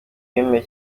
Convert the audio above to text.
yemereye